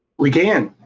we can.